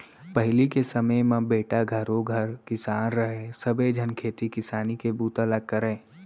पहिली के समे म बेटा घरों घर किसान रहय सबे झन खेती किसानी के बूता ल करयँ